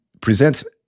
presents